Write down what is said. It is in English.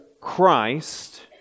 Christ